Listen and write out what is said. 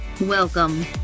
Welcome